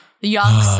young